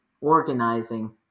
organizing